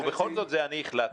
ובכל זאת, זה "אני החלטנו".